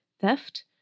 theft